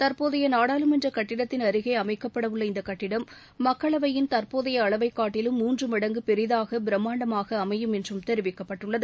தற்போதைய நாடாளுமன்ற கட்டிடத்தின் அருகே அமைக்கப்படவுள்ள இந்த கட்டிடம் மக்களவையின் தற்போதைய அளவைக் காட்டிலும் மூன்று மடங்கு பெரிதாக பிரமாண்டமாக அமையும் என்றும் தெரிவிக்கப்பட்டுள்ளது